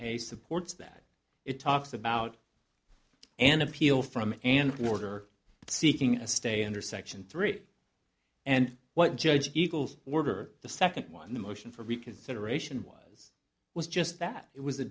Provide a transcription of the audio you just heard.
a supports that it talks about an appeal from an quarter seeking a stay under section three and what judge equals order the second one the motion for reconsideration was was just that it was a